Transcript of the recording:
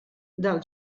del